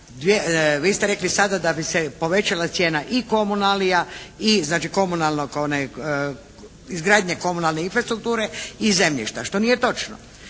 vi ste rekli sada da bi se povećala cijena i komunalija i znači izgradnje komunalne infrastrukture i zemljišta što nije točno.